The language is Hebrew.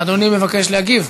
סיימנו את הבקשות לרשות דיבור,